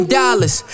dollars